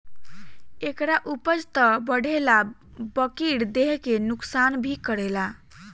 एकरा उपज त बढ़ेला बकिर देह के नुकसान भी करेला